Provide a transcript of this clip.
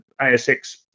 ASX